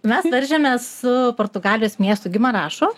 mes varžėmės su portugalijos miestų gimarašu